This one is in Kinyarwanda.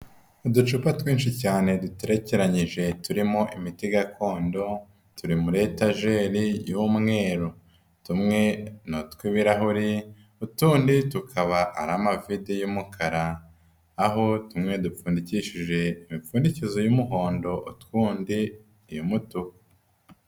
Uducupa twinshi cyane duterekeranyije turimo imiti gakondo, turi muri etajeri y'umweru, tumwe ni utw'ibirahure utundi tukaba ari amavide y'umukara, aho tumwe dupfundikishije imipfundizo y'umuhondo utundi iy'umutuku.